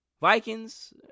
Vikings